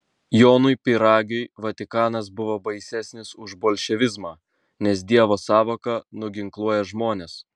jonui pyragiui vatikanas buvo baisesnis už bolševizmą nes dievo sąvoka nuginkluoja žmones